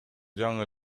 жаңы